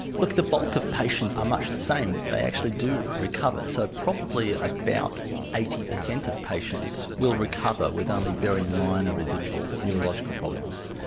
look, the bulk of patients are much the same, they actually do recover, so probably about eighty percent of patients will recover with only very minor residual neurological problems.